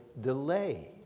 delay